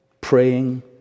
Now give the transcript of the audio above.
Praying